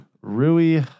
Rui